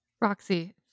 Roxy